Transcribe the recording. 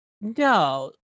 No